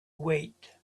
wait